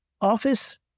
office